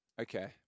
Okay